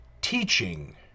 teaching